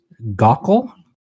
Gockel